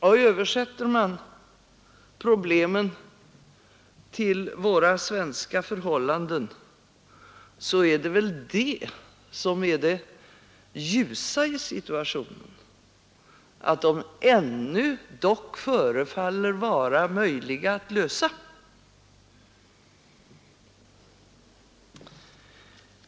Och översätter man problemen till våra svenska förhållanden är väl det ljusa i situationen att problemen ännu förefaller möjliga att lösa.